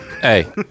Hey